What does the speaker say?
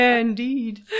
Indeed